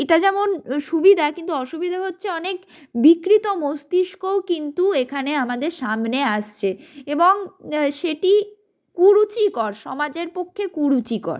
এটা যেমন সুবিধা কিন্তু অসুবিধা হচ্ছে অনেক বিকৃত মস্তিস্কও কিন্তু এখানে আমাদের সামনে আসছে এবং সেটি কুরুচিকর সমাজের পক্ষে কুরুচিকর